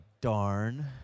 darn